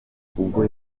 ubwo